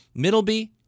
Middleby